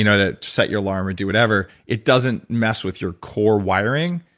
you know to set your alarm or do whatever, it doesn't mess with your core wiring.